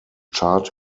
chart